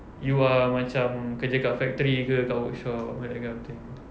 you are macam kerja dekat factory ke atau workshop like that kind of thing